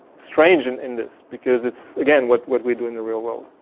strange in in this because it's again what what we do in the real world.